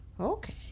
Okay